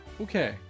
Okay